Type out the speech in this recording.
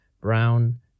Brown